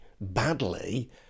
badly